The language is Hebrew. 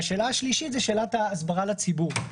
והשאלה השלישית זו שאלת ההסברה לציבור.